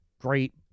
great